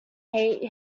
hate